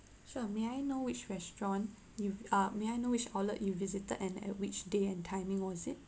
sure may I know which restaurant you've uh may I know which outlet you visited and at which day and timing was it